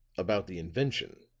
about the invention?